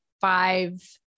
five